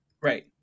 Right